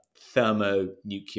thermonuclear